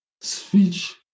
speech